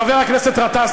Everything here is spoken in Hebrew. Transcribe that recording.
חבר הכנסת גטאס,